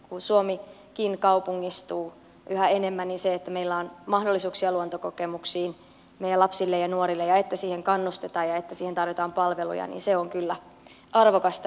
kun suomikin kaupungistuu yhä enemmän niin se että meillä on mahdollisuuksia luontokokemuksiin meidän lapsille ja nuorille ja että siihen kannustetaan ja että siihen tarvitaan palveluja on kyllä arvokasta ja tärkeää